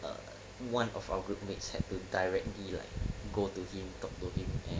one of our group mates had to directly like go to him talk to him and